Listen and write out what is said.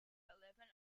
eleven